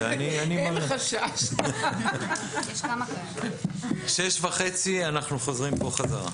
ב-18:30 אנחנו חוזרים בחזרה.